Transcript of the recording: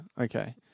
Okay